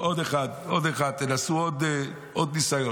עוד אחד, עוד אחד, תנסו עוד ניסיון,